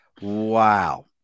wow